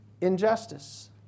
injustice